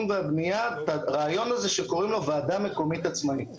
והבנייה את הרעיון הזה שקוראים לו ועדה מקומית עצמאית.